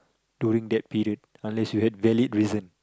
during that period unless you have valid reason